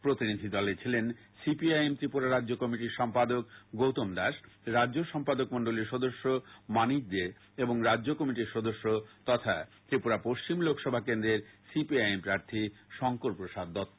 প্রতিনিধিদলে ছিলেন সিপিআই এম ত্রিপুরা রাজ্য কমিটির সম্পাদক গৌতম দাশ রাজ্য সম্পাদকমন্ডলীর সদস্য মানিক দে এবং রাজ্য কমিটির সদস্য তথা ত্রিপুরা পশ্চিম লোকসভা কেন্দ্রের সিপিআইএম প্রার্থী শংকর প্রসাদ দত্ত